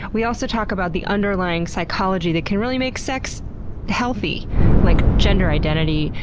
we also talk about the underlying psychology that can really make sex healthy like gender identity,